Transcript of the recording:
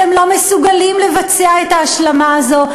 שהם לא מסוגלים לבצע את ההשלמה הזאת.